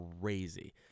crazy